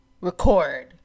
record